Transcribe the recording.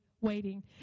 waiting